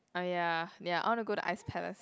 orh ya ya I wanna go the ice palace